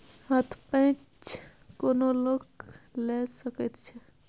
हथ पैंच कोनो लोक लए सकैत छै